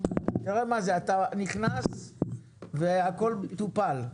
תראה מה זה, אתה נכנס והכל טופל.